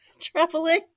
traveling